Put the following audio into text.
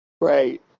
Right